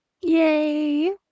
Yay